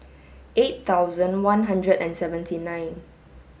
eight thousand one hundred and seventy nine